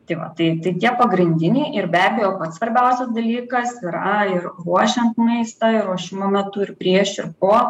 tai va tik tie pagrindiniai ir be abejo pats svarbiausias dalykas yra ir ruošiant maistą ir ruošimo metu ir prieš ir po